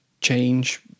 change